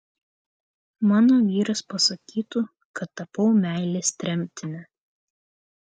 mano vyras pasakytų kad tapau meilės tremtine